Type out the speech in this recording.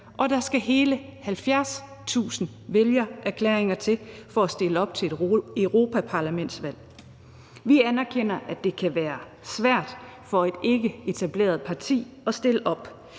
Og der skal hele 70.000 vælgererklæringer til for at stille op til et europaparlamentsvalg. Vi anerkender, at det kan være svært for et ikkeetableret parti at stille op.